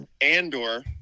Andor